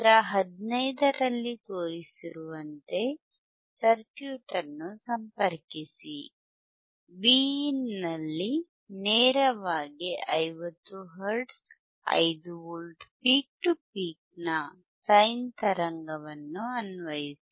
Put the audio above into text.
ಚಿತ್ರ 15 ರಲ್ಲಿ ತೋರಿಸಿರುವಂತೆ ಸರ್ಕ್ಯೂಟ್ ಅನ್ನು ಸಂಪರ್ಕಿಸಿ Vin ನಲ್ಲಿ ನೇರವಾಗಿ 50 hertz 5 volt peak to peak ನ ಸೈನ್ ತರಂಗ ಅನ್ವಯಿಸಿ